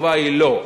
התשובה היא לא.